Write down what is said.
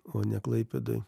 o ne klaipėdoj